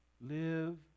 live